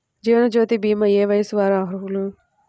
జీవనజ్యోతి భీమా ఏ వయస్సు వారు అర్హులు?